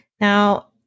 Now